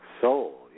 soul